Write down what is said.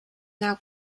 now